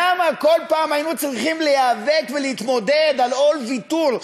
למה כל פעם היינו צריכים להיאבק ולהתמודד על עוד ויתור,